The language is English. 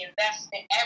investment